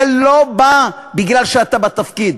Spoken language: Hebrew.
זה לא בא בגלל שאתה בתפקיד,